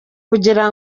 kugira